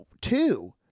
two